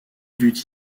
dut